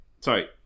Sorry